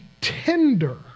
tender